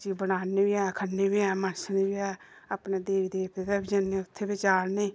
खिचड़ी बनाने बी ऐं खन्ने बी ऐं मनसने बी ऐं अपने देवी देवतें दे बी जन्ने उ'त्थें बी चाढ़ने